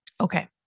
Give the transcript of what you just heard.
Okay